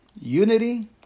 Unity